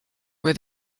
were